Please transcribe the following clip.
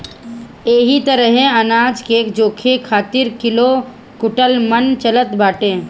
एही तरही अनाज के जोखे खातिर किलो, कुंटल, मन चलत बाटे